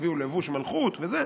יביאו לבוש מלכות וזה.